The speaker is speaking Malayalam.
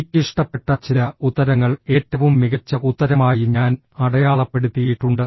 എനിക്ക് ഇഷ്ടപ്പെട്ട ചില ഉത്തരങ്ങൾ ഏറ്റവും മികച്ച ഉത്തരമായി ഞാൻ അടയാളപ്പെടുത്തിയിട്ടുണ്ട്